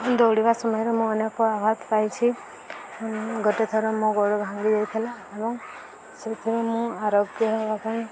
ଦୌଡ଼ିବା ସମୟରେ ମୁଁ ଅନେକ ଆଘାତ ପାଇଛି ଗୋଟେ ଥର ମୋ ଗୋଡ଼ ଭାଙ୍ଗି ଯାଇଥିଲା ଏବଂ ସେଥିରେ ମୁଁ ଆରୋଗ୍ୟ ହେବା ପାଇଁ